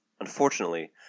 Unfortunately